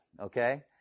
okay